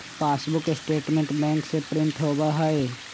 passbook statement bank से print होबा हई